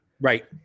Right